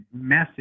message